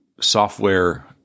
software